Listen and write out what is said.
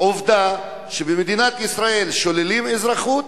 עובדה שבמדינת ישראל שוללים אזרחות,